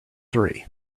three